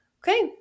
okay